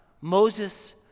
Moses